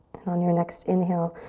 and on your next inhale,